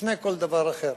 לפני כל דבר אחר.